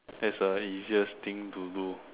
that's a easiest thing to do